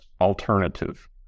alternative